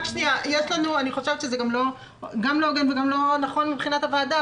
אני חושבת שגם לא הוגן וגם לא נכון מבחינת הוועדה.